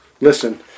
Listen